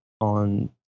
on